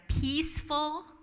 peaceful